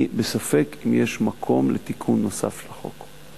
אני בספק אם יש מקום לתיקון נוסף לחוק.